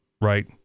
right